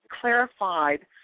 clarified